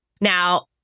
Now